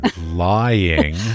lying